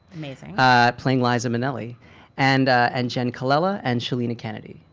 amazing playing liza minnelli and and jen colella and chilina kennedy.